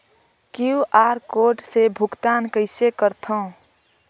QR code से भुगतान कइसे करथव?